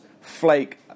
flake